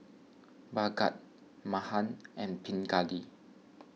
Bhagat Mahan and Pingali